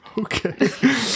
Okay